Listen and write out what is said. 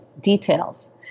details